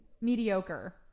mediocre